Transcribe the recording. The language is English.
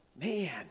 Man